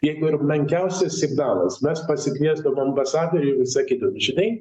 jeigu ir menkiausias signalas mes pasikviesdavom ambasadorių ir sakydavom žinai